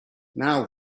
now